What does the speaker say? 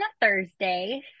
Thursday